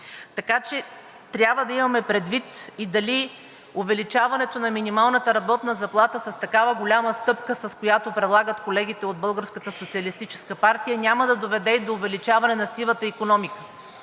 така че трябва да имаме предвид и дали увеличаването на минималната работна заплата с такава голяма стъпка, с която предлагат колегите от Българската социалистическа партия, няма да доведе и до увеличаване на сивата икономика,